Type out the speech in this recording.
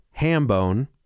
Hambone